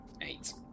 Eight